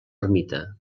ermita